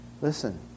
listen